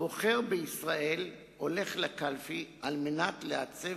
הבוחר הישראלי הולך לקלפי על מנת לעצב